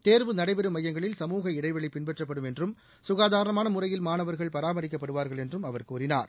தேர்வு நடைபெறும் மையங்களில் சமூக இடைவெளி பின்பற்றப்படும் என்றும் சுகாதாரமான முறையில் மாணவர்கள் பராமரிக்கப்படுவார்கள் என்றும் அவர் கூறினார்